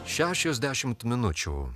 šešiasdešimt minučių